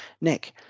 Nick